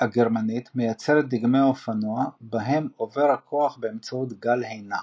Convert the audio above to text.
הגרמנית מייצרת דגמי אופנוע בהם עובר הכוח באמצעות גל הינע,